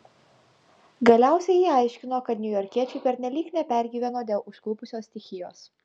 galiausiai ji aiškino kad niujorkiečiai pernelyg nepergyveno dėl užklupusios stichijos